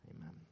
Amen